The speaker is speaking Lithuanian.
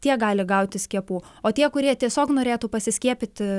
tie gali gauti skiepų o tie kurie tiesiog norėtų pasiskiepyti